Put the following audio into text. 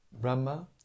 Brahma